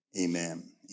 amen